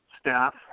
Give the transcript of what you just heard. staff